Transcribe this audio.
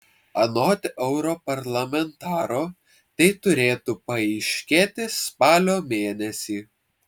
anot europarlamentaro tai turėtų paaiškėti spalio mėnesį